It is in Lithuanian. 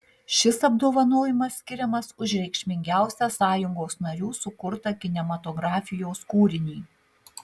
šis apdovanojimas skiriamas už reikšmingiausią sąjungos narių sukurtą kinematografijos kūrinį